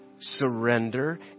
surrender